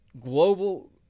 global